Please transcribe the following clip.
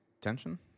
tension